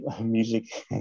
music